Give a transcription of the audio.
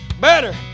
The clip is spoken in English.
better